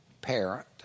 parent